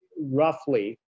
roughly